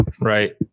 Right